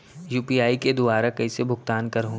UPI के दुवारा कइसे भुगतान करहों?